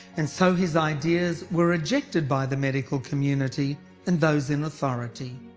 and so his ideas were rejected by the medical community and those in authority.